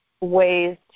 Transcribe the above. ways